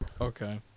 Okay